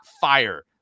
fire